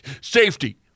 Safety